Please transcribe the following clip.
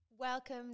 Welcome